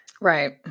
Right